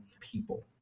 people